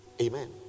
Amen